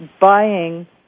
buying